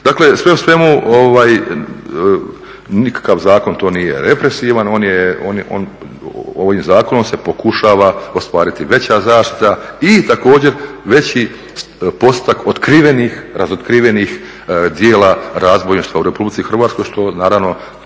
Dakle, sve u svemu nikakav zakon to nije represivan. Ovim zakonom se pokušava ostvariti veća zaštita i također veći postotak otkrivenih, razotkrivenih djela razbojništva u Republici Hrvatskoj što naravno